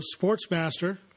Sportsmaster